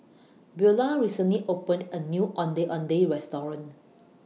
Beula recently opened A New Ondeh Ondeh Restaurant